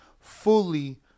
fully